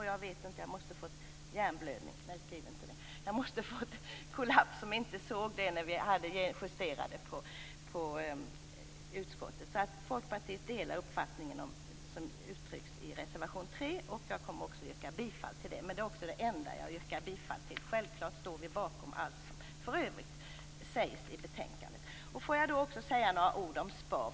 Jag måste ha fått en kollaps eftersom jag inte såg det när vi justerade i utskottet. Folkpartiet delar alltså uppfattningen som uttrycks i reservation 3. Jag kommer också att yrka bifall till den, men det är det enda jag yrkar bifall till. Självfallet står vi bakom allt som för övrigt sägs i betänkandet. Jag vill också säga några ord om SPAR.